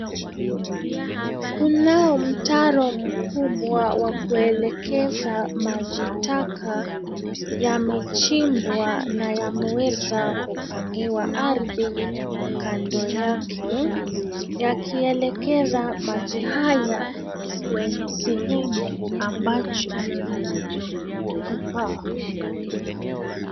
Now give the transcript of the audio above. Kunao mtaro mkubwa wa kuelekeza maji taka yamechimbwa na yameweza kupangiwa ardhi kando yake, yakielekeza maji haya kwenye sehemu ambacho kunacho kifaa.